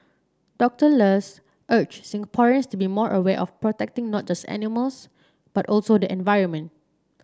Doctor Luz urged Singaporeans to be more aware of protecting not just animals but also the environment